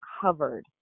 covered